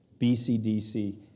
BCDC